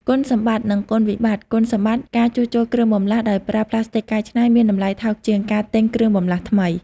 គុណសម្បត្តិ និងគុណវិបត្ត គុណសម្បត្តិការជួសជុលគ្រឿងបន្លាស់ដោយប្រើផ្លាស្ទិកកែច្នៃមានតម្លៃថោកជាងការទិញគ្រឿងបន្លាស់ថ្មី។